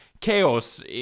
chaos